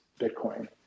Bitcoin